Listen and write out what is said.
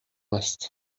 است